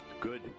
good